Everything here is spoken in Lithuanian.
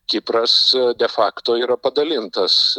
kipras de fakto yra padalintas